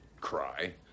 cry